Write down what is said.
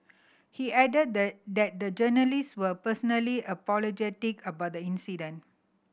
he added the that the journalist were personally apologetic about the incident